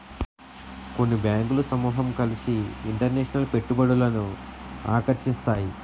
కొన్ని బ్యాంకులు సమూహం కలిసి ఇంటర్నేషనల్ పెట్టుబడులను ఆకర్షిస్తాయి